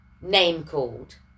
name-called